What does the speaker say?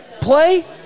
play